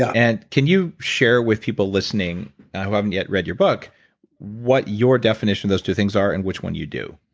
ah and can you share with people listening who haven't yet read your book what your definition of those two things are in which one you do?